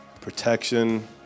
protection